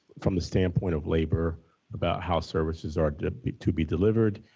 from the standpoint of labor about how services are to be to be delivered.